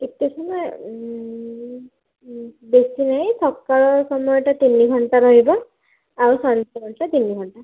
କେତେ ସମୟ ବେଶି ନାହିଁ ସକାଳ ସମୟଟା ତିନି ଘଣ୍ଟା ରହିବ ଆଉ ସନ୍ଧ୍ୟା ସମୟଟା ତିନି ଘଣ୍ଟା